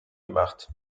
gemacht